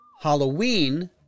Halloween